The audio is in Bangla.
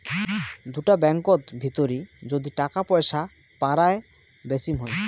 দুটা ব্যাঙ্কত ভিতরি যদি টাকা পয়সা পারায় বেচিম হই